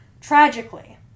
tragically